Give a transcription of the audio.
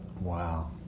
Wow